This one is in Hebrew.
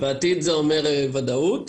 ועתיד זה אומר ודאות.